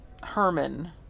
Herman